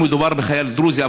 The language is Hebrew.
מדובר בחייל דרוזי,